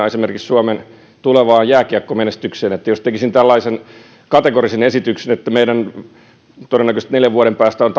esimerkiksi suomen tulevaan jääkiekkomenestykseen vakaasti uskovaisena sitä että jos tekisin tällaisen kategorisen esityksen niin kun meidän joukkueessamme todennäköisesti neljän vuoden päästä on